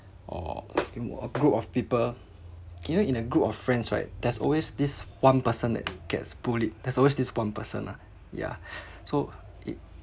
or I think were a group of people you know in a group of friends right there's always this one person that gets bullied there's always this one person nah yeah so it